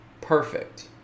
perfect